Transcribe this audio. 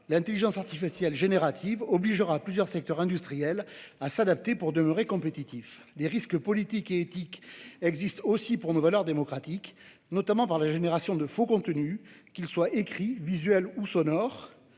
l'intelligence artificielle générative obligera plusieurs secteurs industriels à s'adapter pour demeurer compétitifs. « Les risques politiques et éthiques existent aussi pour nos valeurs démocratiques, notamment par la génération de faux contenus, qu'ils soient écrits, visuels ou sonores,